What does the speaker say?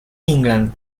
england